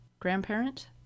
grandparent